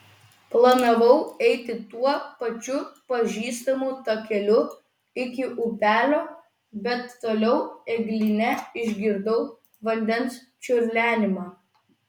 planavau eiti tuo pačiu pažįstamu takeliu iki upelio bet toliau eglyne išgirdau vandens čiurlenimą